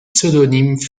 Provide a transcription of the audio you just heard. pseudonyme